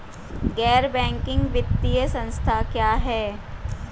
गैर बैंकिंग वित्तीय संस्था क्या है?